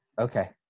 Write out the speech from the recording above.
Okay